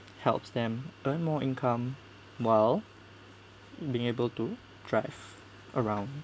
helps them earn more income while being able to drive around